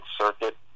Circuit